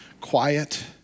quiet